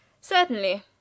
Certainly